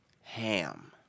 HAM